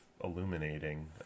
illuminating